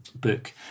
book